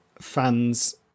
fans